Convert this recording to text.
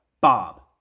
Bob